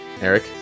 Eric